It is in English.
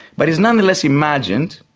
but is nonetheless imagined,